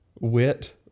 wit